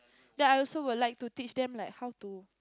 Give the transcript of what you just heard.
then I also would like to teach them like how to